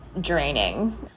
draining